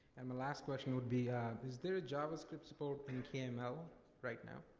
and the last question would be is there a javascript support in kml right now?